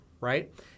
right